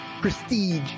Prestige